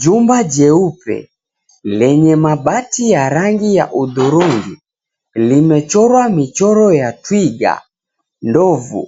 Jumba jeupe lenye mabati ya rangi ya udhurungi ,limechorwa michoro ya twiga, ndovu